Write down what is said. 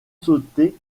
sauter